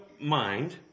mind